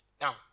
Now